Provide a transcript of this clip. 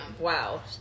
wow